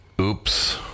Oops